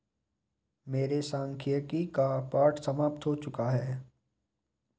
मेरे सांख्यिकी का पाठ समाप्त हो चुका है